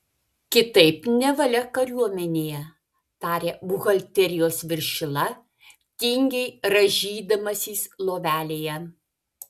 kitaip nevalia kariuomenėje tarė buhalterijos viršila tingiai rąžydamasis lovelėje